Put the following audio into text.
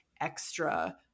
extra